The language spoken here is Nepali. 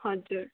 हजुर